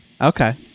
Okay